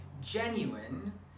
genuine